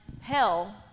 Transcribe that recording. hell